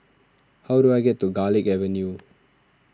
how do I get to Garlick Avenue